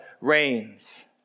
reigns